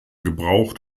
gebraucht